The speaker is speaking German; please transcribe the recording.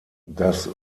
das